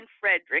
Frederick